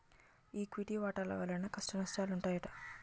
equity వాటాల వలన కష్టనష్టాలుంటాయి